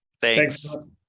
Thanks